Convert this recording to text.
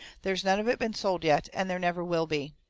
there's none of it been sold yet and there never will be.